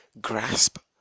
grasp